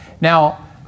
now